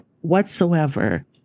whatsoever